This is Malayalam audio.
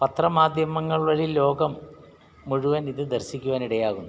പത്ര മാധ്യമങ്ങൾ വഴി ലോകം മുഴുവൻ ഇത് ദർശിക്കുവാൻ ഇടയാകുന്നു